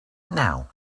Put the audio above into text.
now